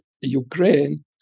Ukraine